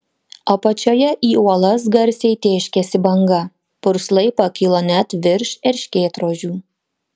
apačioje į uolas garsiai tėškėsi banga purslai pakilo net virš erškėtrožių